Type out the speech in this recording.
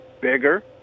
bigger